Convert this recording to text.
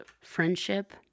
friendship